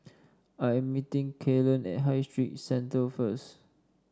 I am meeting Kellen at High Street Centre first